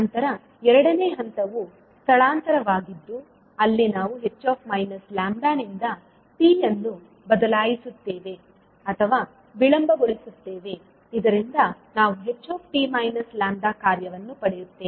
ನಂತರ ಎರಡನೇ ಹಂತವು ಸ್ಥಳಾಂತರವಾಗಿದ್ದು ಅಲ್ಲಿ ನಾವು h ನಿಂದ t ಅನ್ನು ಬದಲಾಯಿಸುತ್ತೇವೆ ಅಥವಾ ವಿಳಂಬಗೊಳಿಸುತ್ತೇವೆ ಇದರಿಂದ ನಾವು ht λ ಕಾರ್ಯವನ್ನು ಪಡೆಯುತ್ತೇವೆ